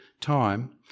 time